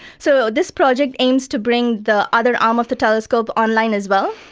so this project aims to bring the other arm of the telescope online as well.